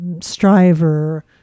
striver